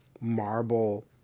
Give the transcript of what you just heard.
marble